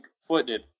footed